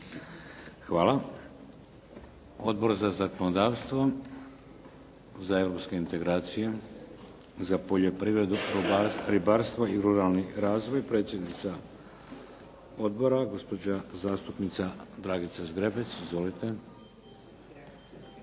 Hvala. Odbor za zakonodavstvo? Za europske integracije? Za poljoprivredu, ribarstvo i ruralni razvoj? Predsjednica odbora gospođa zastupnica Dragica Zgrebec. Izvolite.